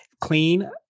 Clean